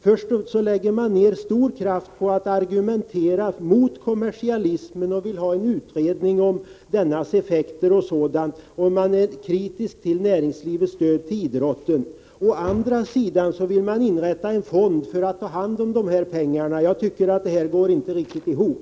Först lägger man ned stor kraft på att argumentera mot kommersialismen och vill ha en utredning om dennas effekter osv. Man är kritisk till näringslivets stöd till idrotten. Å andra sidan vill man inrätta en fond för att ta hand om dessa pengar. Jag tycker att det här inte riktigt går ihop.